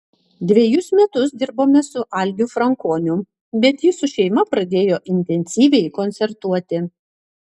dvejus metus dirbome su algiu frankoniu bet jis su šeima pradėjo intensyviai koncertuoti